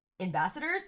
Ambassadors